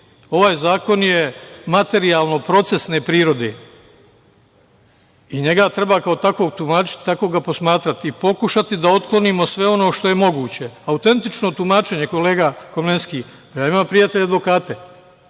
ovaj zakon je materijalno procesne prirode i njega treba kao takvog tumačiti, i tako ga posmatrati i pokušati da otklonimo sve ono što je moguće. Autentično tumečanje kolega Komlenski, imam prijatelje advokate